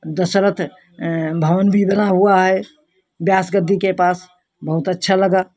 दशरथ भवन भी बना हुआ है व्यास गद्दी के पास बहुत अच्छा लगा